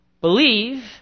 believe